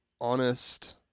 honest